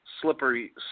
slippery